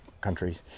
countries